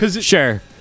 Sure